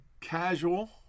casual